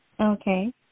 Okay